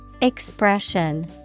Expression